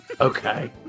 Okay